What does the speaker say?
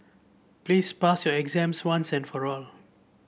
please pass your exams once and for all